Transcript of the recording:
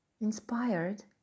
inspired